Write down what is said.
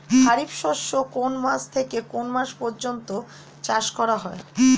খারিফ শস্য কোন মাস থেকে কোন মাস পর্যন্ত চাষ করা হয়?